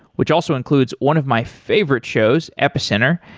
which also includes one of my favorite shows epicenter.